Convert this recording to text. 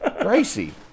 Gracie